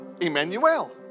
Emmanuel